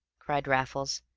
cried raffles.